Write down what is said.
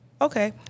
Okay